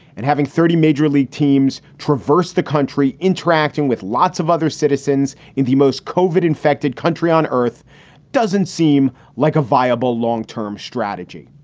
and having thirty major league teams traverse the country, interacting with lots of other citizens in the most covered, infected country on earth doesn't seem like a viable long term strategy.